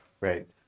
Right